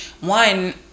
one